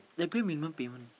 they have to pay minimum payment